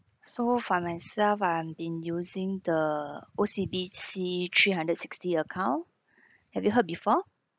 so for myself I've been using the O_C_B_C three hundred sixty account have you heard before